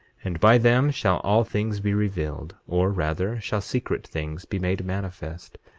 and by them shall all things be revealed, or, rather, shall secret things be made manifest,